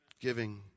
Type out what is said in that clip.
Giving